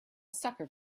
sucker